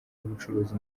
y’ubucuruzi